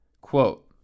Quote